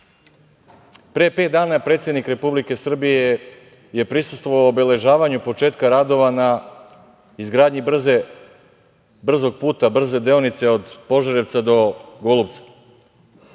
Pre pet dana predsednik Republike Srbije je prisustvovao obeležavanju početka radova na izgradnji brzog puta, brze deonice od Požarevca do Golupca.